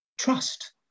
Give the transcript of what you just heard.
Trust